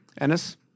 Ennis